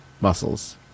muscles